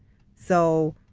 so,